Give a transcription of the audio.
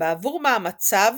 בעבור מאמציו